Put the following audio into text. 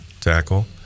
tackle